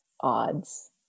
Odds